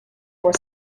for